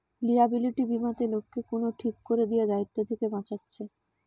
liability বীমাতে লোককে কুনো ঠিক কোরে দিয়া দায়িত্ব থিকে বাঁচাচ্ছে